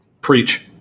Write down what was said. Preach